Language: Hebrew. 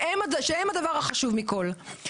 שהם הדבר החשוב מכל.